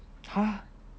!huh!